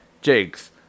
Jigs